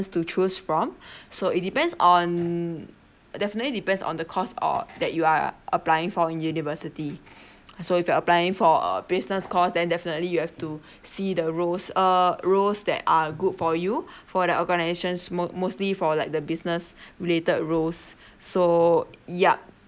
to choose from so it depends on definitely depends on the course or that you are applying for in university so if you're applying for a business course then definitely you have to see the roles err roles that are good for you for the organisation most mostly for like the business related roles so yup